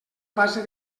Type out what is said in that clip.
base